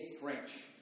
French